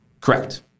Correct